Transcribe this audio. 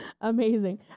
Amazing